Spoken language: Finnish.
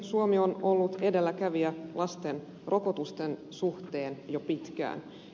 suomi on ollut edelläkävijä lasten rokotusten suhteen jo pitkään